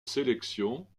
sélection